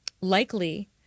likely